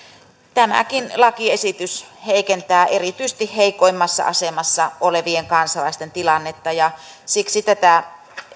tämäkin lakiesitys heikentää erityisesti heikoimmassa asemassa olevien kansalaisten tilannetta ja siksi tätä